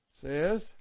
says